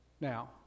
Now